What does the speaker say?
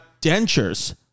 dentures